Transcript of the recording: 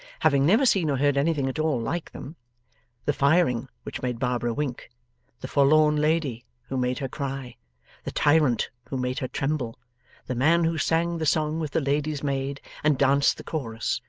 having never seen or heard anything at all like them the firing, which made barbara wink the forlorn lady, who made her cry the tyrant, who made her tremble the man who sang the song with the lady's-maid and danced the chorus,